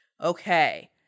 Okay